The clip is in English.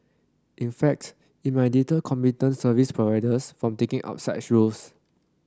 in fact it might deter competent service providers from taking up such roles